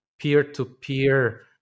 peer-to-peer